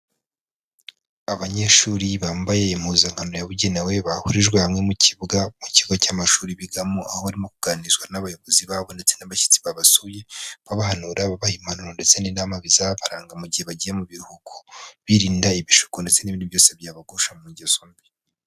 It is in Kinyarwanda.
Abanyeshuri bambaye impuzankano yabugenewe bahurijwe hamwe mu kibuga, mu kigo cy'amashuri bigamo, aho barimo kuganirizwa n'abayobozi babo ndetse n'abashyitsi babasuye, babahanura, babaha impanuro ndetse n'inama bizabaranga mu gihe bagiye mu biruhuko, birinda ibishuko ndetse n'ibindi byose byabagusha mu ngeso mbi.